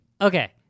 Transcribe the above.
Okay